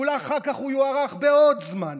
אולי אחר כך הוא יוארך בעוד זמן,